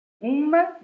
Uma